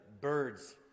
birds